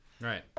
Right